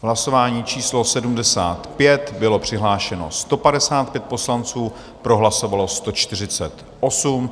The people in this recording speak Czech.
Hlasování číslo 75, bylo přihlášeno 155 poslanců, pro hlasovalo 148.